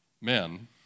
Men